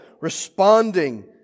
responding